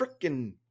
freaking